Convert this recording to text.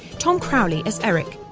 tom crowley as eric,